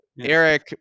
Eric